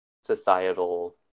societal